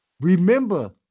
Remember